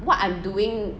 what I'm doing